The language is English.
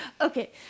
Okay